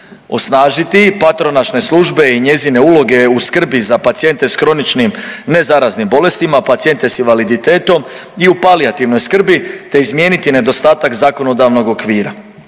Osnažiti i patronažne službe i njezine uloge u skrbi za pacijente s kroničnim nezaraznim bolestima, pacijente s invaliditetom i u palijativnoj skrbi te izmijeniti nedostatak zakonodavnog okvira,